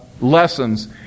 lessons